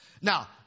Now